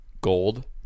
gold